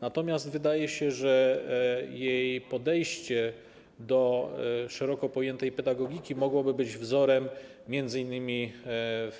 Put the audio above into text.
Natomiast wydaje się, że jej podejście do szeroko pojętej pedagogiki mogłoby być wzorem m.in.